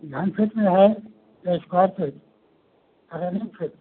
घन फिट में है या इस्क्वायर फिट अच्छा फिट